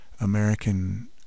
American